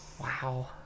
Wow